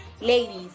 Ladies